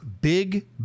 big